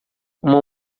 uma